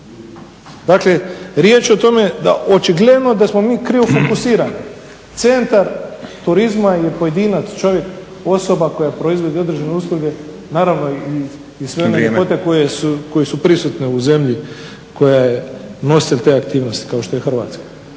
Dakle riječ je o tome da očigledan da smo mi krivo fokusirani. Centar turizma je pojedinac čovjek osoba koja provodi određene usluge i sve one ljepote koje su prisutne u zemlji koja je nositelj te aktivnosti kao što je Hrvatska.